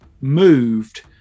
moved